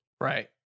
Right